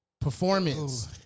Performance